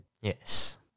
Yes